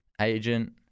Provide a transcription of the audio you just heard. agent